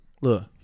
Look